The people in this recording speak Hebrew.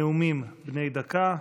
נאומים בני דקה.